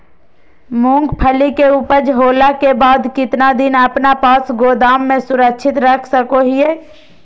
मूंगफली के ऊपज होला के बाद कितना दिन अपना पास गोदाम में सुरक्षित रख सको हीयय?